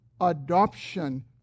adoption